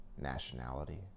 nationality